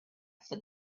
for